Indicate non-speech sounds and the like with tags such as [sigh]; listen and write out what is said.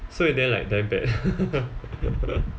so in the end like damn bad [laughs]